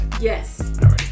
Yes